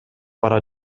бара